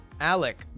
Alec